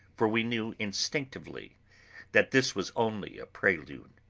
for we knew instinctively that this was only a prelude.